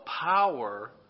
power